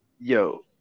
yo